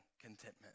contentment